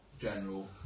general